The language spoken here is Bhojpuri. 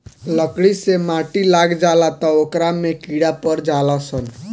लकड़ी मे माटी लाग जाला त ओकरा में कीड़ा पड़ जाल सन